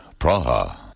Praha